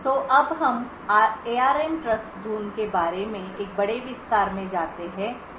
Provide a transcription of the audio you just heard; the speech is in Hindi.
तो अब हम एआरएम ट्रस्टज़ोन के बारे में एक बड़े विस्तार में जाते हैं